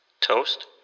Toast